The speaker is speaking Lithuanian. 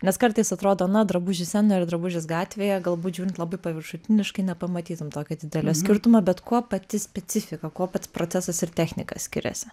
nes kartais atrodo na drabužis scenoje ir drabužis gatvėje galbūt žiūrint labai paviršutiniškai nepamatytum tokio didelio skirtumo bet kuo pati specifika kuo pats procesas ir technika skiriasi